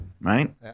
right